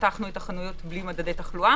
פתחנו את החנויות בלי מדדי תחלורה.